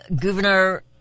Governor